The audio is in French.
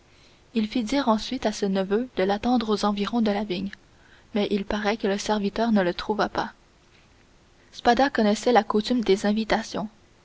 il fit dire ensuite à ce neveu de l'attendre aux environs de la vigne mais il paraît que le serviteur ne le trouva pas spada connaissait la coutume des invitations